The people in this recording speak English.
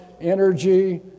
energy